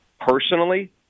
personally